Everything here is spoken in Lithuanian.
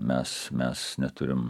mes mes neturim